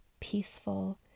peaceful